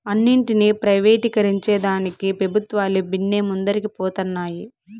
అన్నింటినీ ప్రైవేటీకరించేదానికి పెబుత్వాలు బిన్నే ముందరికి పోతన్నాయి